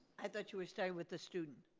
i thought you were starting with the student.